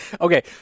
Okay